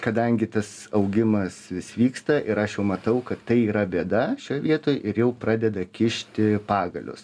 kadangi tas augimas vis vyksta ir aš jau matau kad tai yra bėda šioj vietoj ir jau pradeda kišti pagalius